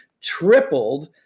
tripled